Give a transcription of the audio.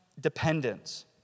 dependence